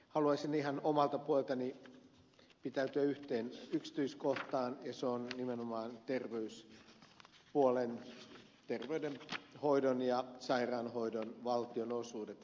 haluaisin ihan omalta puoleltani pitäytyä yhteen yksityiskohtaan ja se on nimenomaan terveyspuolen terveydenhoidon ja sairaanhoidon valtionosuudet